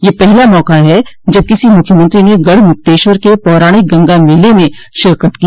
यह पहला मौका है जब किसी मुख्यमंत्री ने गढ़मुक्तेश्वर के पौराणिक गंगा मेले में शिरकत की